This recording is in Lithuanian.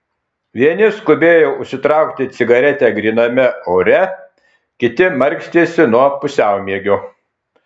vieni skubėjo užsitraukti cigaretę gryname ore kiti markstėsi nuo pusiaumiegio